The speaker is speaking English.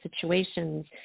situations